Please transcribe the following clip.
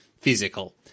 physical